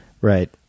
Right